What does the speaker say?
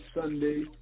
Sunday